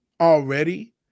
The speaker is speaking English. already